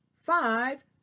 five